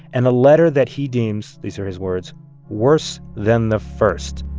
and a letter that he deems these are his words worse than the first